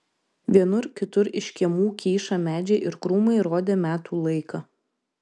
vienur kitur iš kiemų kyšą medžiai ir krūmai rodė metų laiką